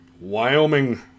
Wyoming